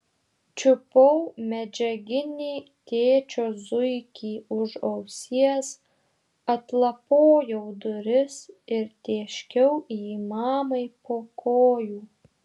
čiupau medžiaginį tėčio zuikį už ausies atlapojau duris ir tėškiau jį mamai po kojų